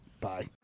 Bye